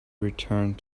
returned